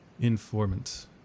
informant